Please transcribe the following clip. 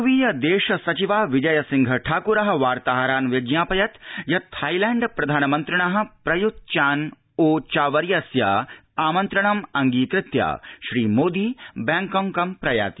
पूर्वीयदेश सचिवा विजय सिंह ठाक्रः वार्ताहरान् व्यज्ञापयत् यत् थाईलैण्ड प्रधानमन्त्रिणः प्रय्त चान् ओ चा वर्यस्य आमन्त्रणम अड़गीकत्य श्री मोदी बैंकॉक प्रयाति